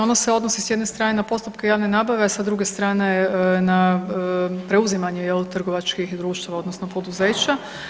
Ono se odnosi s jedne strane na postupke javne nabave, a sa druge strane na preuzimanje jel trgovačkih društava odnosno poduzeća.